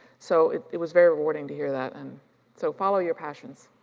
so, it it was very rewarding to hear that, and so follow your passions.